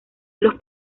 los